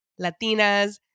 Latinas